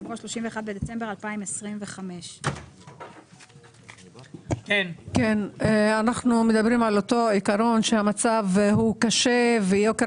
יבוא 31 בדצמבר 2025". אנחנו מדברים על אותו עיקרון שהמצב הוא קשה ויוקר